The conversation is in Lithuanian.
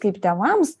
kaip tėvams